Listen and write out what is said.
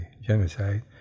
genocide